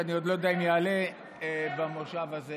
שאני עוד לא יודע אם יעלה במושב הזה